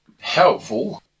helpful